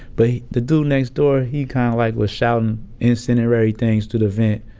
but, the dude next door, he kind of like was shouted incendiary things through the vent.